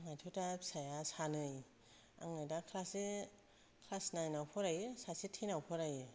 आंहाथ' दा फिसाया सानै आंना दा सासे क्लास नाइनाव फरायो सासे थेनाव फरायो